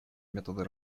методы